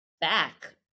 back